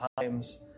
times